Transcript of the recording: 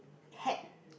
hat